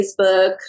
Facebook